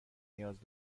نیاز